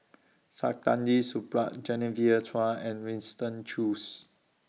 Saktiandi Supaat Genevieve Chua and Winston Choos